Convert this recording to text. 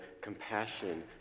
compassion